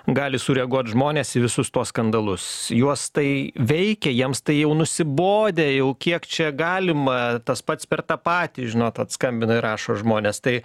gali sureaguot žmonės į visus tuos skandalus juos tai veikia jiems tai jau nusibodę jau kiek čia galima tas pats per tą patį žinot vat skambina rašo žmonės tai